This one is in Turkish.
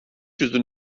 yüzün